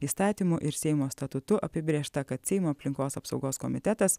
įstatymu ir seimo statutu apibrėžta kad seimo aplinkos apsaugos komitetas